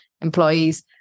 employees